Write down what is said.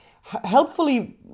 helpfully